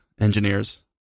engineers